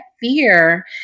fear